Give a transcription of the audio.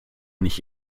nicht